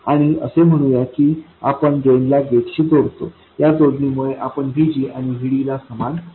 आणि असे म्हणूया की आपण ड्रेनला गेटशी जोडतो या जोडणीमुळे आपण VG आणि VD ला समान बनवितो